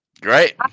Great